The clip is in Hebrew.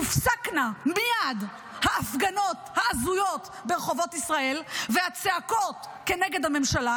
תופסקנה מייד ההפגנות ההזויות ברחובות ישראל והצעקות כנגד הממשלה,